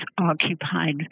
occupied